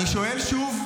אני שואל שוב.